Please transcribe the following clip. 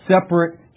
separate